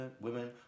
women